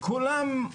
וכולם,